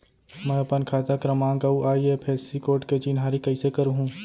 मैं अपन खाता क्रमाँक अऊ आई.एफ.एस.सी कोड के चिन्हारी कइसे करहूँ?